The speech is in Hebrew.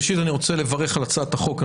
ראשית אני רוצה לברך על הצעת החוק.